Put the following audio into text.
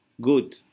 good